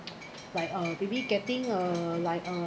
right uh maybe getting like uh